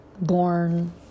born